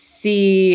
see